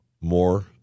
More